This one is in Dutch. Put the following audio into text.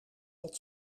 dat